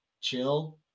chill